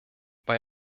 weil